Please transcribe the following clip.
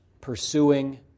Pursuing